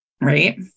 Right